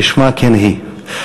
כשמה כן היא.